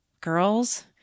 girls